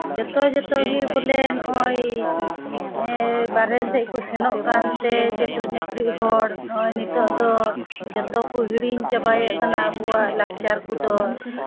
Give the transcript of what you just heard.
ᱡᱚᱛᱚ ᱡᱚᱛᱚ ᱜᱮ ᱵᱚᱞᱮ ᱱᱚᱜᱼᱚᱭ ᱵᱟᱦᱚᱨᱮ ᱥᱮᱫᱠᱚ ᱥᱮᱱᱚᱜ ᱠᱟᱱᱛᱮ ᱪᱟᱹᱠᱨᱤ ᱵᱟᱹᱠᱨᱤᱜ ᱦᱚᱲ ᱱᱚᱜᱼᱚᱭ ᱱᱤᱛᱚᱜᱼᱫᱚ ᱡᱚᱛᱚ ᱠᱚ ᱦᱤᱲᱤᱧ ᱪᱟᱵᱟᱭᱮᱫ ᱠᱟᱱᱟ ᱟᱵᱚᱣᱟᱜ ᱞᱟᱠᱪᱟᱨ ᱠᱚᱫᱚ